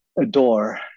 adore